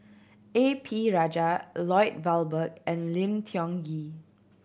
A P Rajah Lloyd Valberg and Lim Tiong Ghee